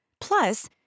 Plus